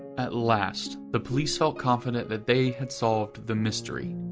at last the police felt confident that they had solved the mystery.